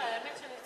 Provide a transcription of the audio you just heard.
לא, לא.